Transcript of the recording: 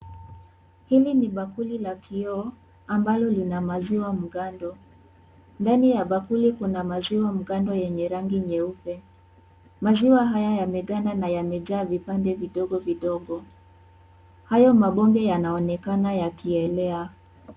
Hili ni bakuli la kioo, ambalo li na maziwa mgando, ndani ya bakuli kuna maziwa mgando yenye rangi nyeupe, maziwa haya yameganda na yamejaa vipande vidogo vidogo, hayo mabonge yanaonekana yakielea.